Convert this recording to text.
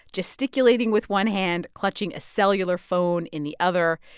gesticulating with one hand, clutching a cellular phone in the other.